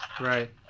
Right